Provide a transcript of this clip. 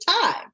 time